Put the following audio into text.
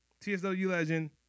T-S-W-Legend